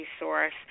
resource